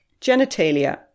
Genitalia